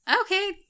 Okay